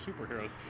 superheroes